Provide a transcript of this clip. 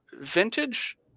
Vintage